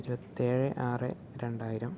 ഇരുപത്തേഴ് ആറ് രണ്ടായിരം